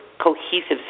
cohesive